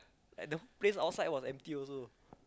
and the place outside was empty also